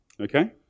Okay